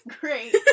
great